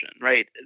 right